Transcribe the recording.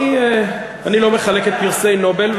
אני לא מחלק את פרסי נובל.